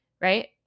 right